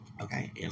okay